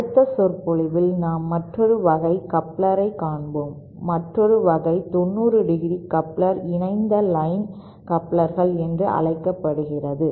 அடுத்த சொற்பொழிவில் நாம் மற்றொரு வகை கப்ளர் ஐ காண்போம் மற்றொரு வகை 90° கப்ளர் இணைந்த லைன் கப்ளர்கள் என்று அழைக்கப்படுகிறது